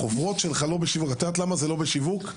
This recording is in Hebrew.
את יודעת למה זה לא בשיווק?